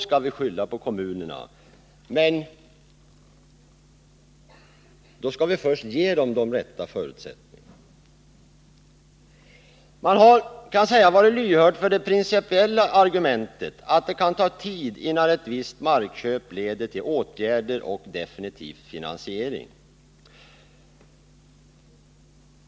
Man har, kan jag säga, varit lyhörd för det principiella argumentet att det kan ta tid innan ett visst markköp leder till åtgärder och definitiv finansiering.